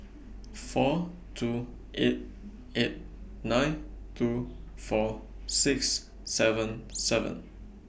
four two eight eight nine two four six seven seven